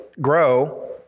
grow